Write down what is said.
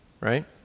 right